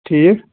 ٹھیٖک